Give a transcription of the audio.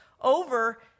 over